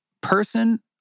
person